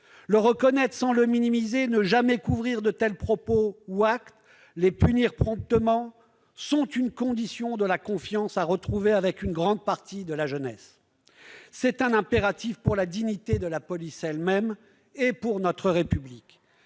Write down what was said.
Le reconnaître sans le minimiser, ne jamais couvrir de tels propos ou de tels actes, les punir promptement est une condition de la confiance à restaurer à l'égard d'une grande partie de la jeunesse. C'est un impératif pour la dignité de la police elle-même et pour notre République.